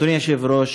אדוני היושב-ראש,